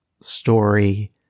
story